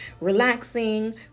relaxing